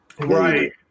Right